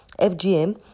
FGM